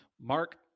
Mark